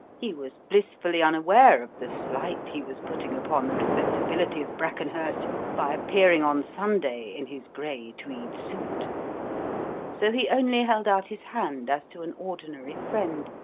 he was blissfully unaware of the slight he was putting upon the respectability of brackenhurst by appearing on sunday in his grey tweed suit so he only held out his hand as to an ordinary friend,